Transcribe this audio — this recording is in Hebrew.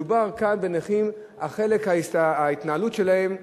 מדובר כאן בנכים, ההתנהלות שלהם הרצופה,